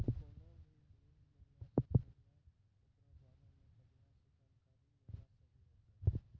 कोनो भी ऋण लै से पहिले ओकरा बारे मे बढ़िया से जानकारी लेना सही होतै